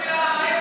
ואני אומר לכם,